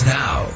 now